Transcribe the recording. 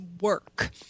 work